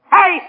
Hey